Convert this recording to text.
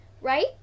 right